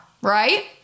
right